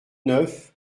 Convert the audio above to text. neuf